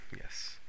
yes